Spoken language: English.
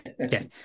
Okay